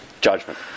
judgment